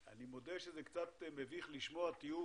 זה מביך לשמוע טיעון